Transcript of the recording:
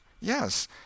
Yes